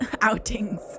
outings